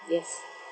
yes